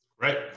right